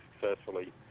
successfully